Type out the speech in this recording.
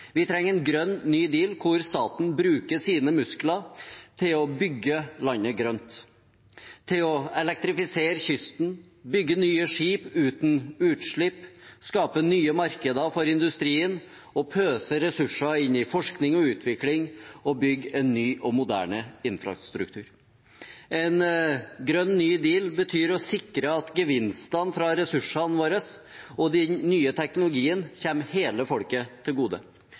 Vi trenger en grønn ny deal, hvor staten bruker sine muskler til å bygge landet grønt, til å elektrifisere kysten, bygge nye skip uten utslipp, skape nye markeder for industrien og pøse ressurser inn i forskning og utvikling og bygge en ny og moderne infrastruktur. En grønn ny deal betyr å sikre at gevinstene fra ressursene våre og den nye teknologien kommer hele folket til gode.